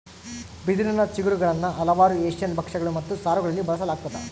ಬಿದಿರಿನ ಚಿಗುರುಗುಳ್ನ ಹಲವಾರು ಏಷ್ಯನ್ ಭಕ್ಷ್ಯಗಳು ಮತ್ತು ಸಾರುಗಳಲ್ಲಿ ಬಳಸಲಾಗ್ತದ